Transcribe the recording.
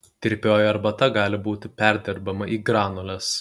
tirpioji arbata gali būti perdirbama į granules